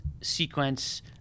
sequence